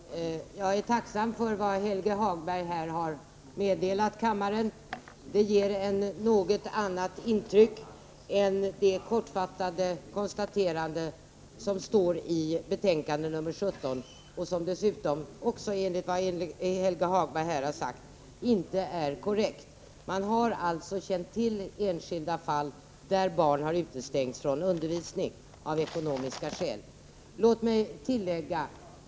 Herr talman! Jag är tacksam för vad Helge Hagberg har meddelat kammaren. Det ger ett något annat intryck än det kortfattade konstaterandet i utskottets betänkande nr 17, vilket dessutom enligt vad Helge Hagberg här har sagt inte är korrekt. Man har alltså känt till enskilda fall, där barn har utestängts från undervisning av ekonomiska skäl.